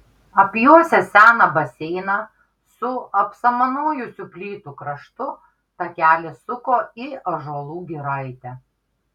apjuosęs seną baseiną su apsamanojusių plytų kraštu takelis suko į ąžuolų giraitę